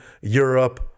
Europe